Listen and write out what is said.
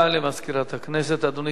אדוני סגן השר, רשות הדיבור שלך.